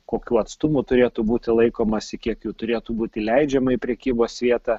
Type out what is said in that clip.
kokių atstumų turėtų būti laikomasi kiek jų turėtų būti leidžiama į prekybos vietą